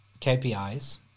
KPIs